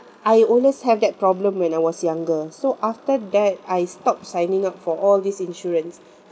I always have that problem when I was younger so after that I stopped signing up for all these insurance